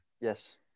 Yes